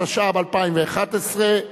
התשע"ב-2011.